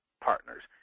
partners